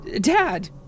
Dad